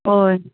हय